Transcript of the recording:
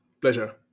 Pleasure